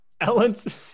Ellen's